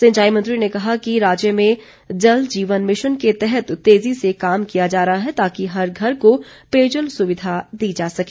सिंचाई मंत्री ने कहा कि राज्य में जल जीवन मिशन के तहत तेज़ी से काम किया जा रहा है ताकि हर घर को पेयजल सुविधा दी जा सके